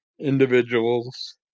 individuals